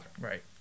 Right